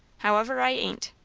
however, i ain't.